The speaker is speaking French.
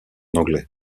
anglais